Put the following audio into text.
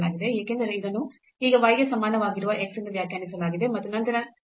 ಏಕೆಂದರೆ ಇದನ್ನು ಈಗ y ಗೆ ಸಮಾನವಾಗಿರುವ x ಎಂದು ವ್ಯಾಖ್ಯಾನಿಸಲಾಗಿದೆ